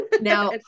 now